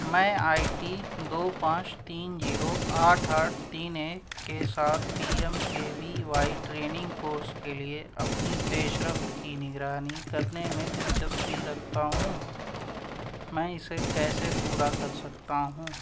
میں I T دو پانچ تین زیرو آٹھ آٹھ تین ایک کے ساتھ P M K V Y training course کے لیے اپنی پیشرفت کی نگرانی کرنے میں دلچسپی رکھتا ہوں میں اسے کیسے پورا کر سکتا ہوں